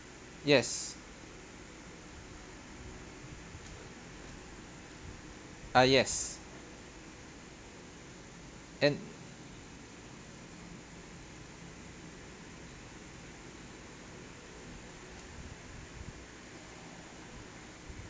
yes ah yes and